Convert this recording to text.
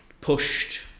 pushed